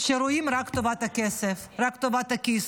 שרואים רק את הכסף, רק את טובת הכיס,